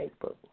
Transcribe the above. Facebook